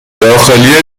داخلی